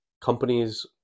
companies